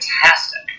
fantastic